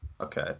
Okay